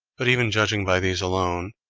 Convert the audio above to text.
but even judging by these alone,